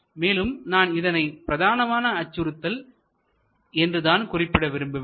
மேலும் நான் இதனை பிரதானமாக அச்சுறுத்தல் என்று தான் குறிப்பிட விரும்புகிறேன்